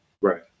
Right